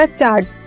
charge